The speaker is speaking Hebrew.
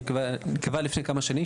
שנקבע לפני כמה שנים,